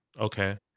Okay